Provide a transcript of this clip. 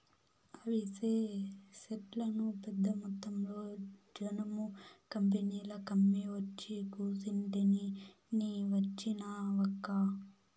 అవిసె సెట్లను పెద్దమొత్తంలో జనుము కంపెనీలకమ్మి ఒచ్చి కూసుంటిని నీ వచ్చినావక్కా